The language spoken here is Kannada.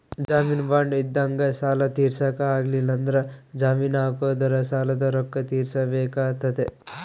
ಜಾಮೀನು ಬಾಂಡ್ ಇದ್ದಂಗ ಸಾಲ ತೀರ್ಸಕ ಆಗ್ಲಿಲ್ಲಂದ್ರ ಜಾಮೀನು ಹಾಕಿದೊರು ಸಾಲದ ರೊಕ್ಕ ತೀರ್ಸಬೆಕಾತತೆ